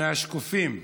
מהשקופים.